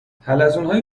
حلزونهای